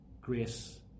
Grace